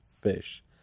Fish